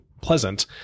pleasant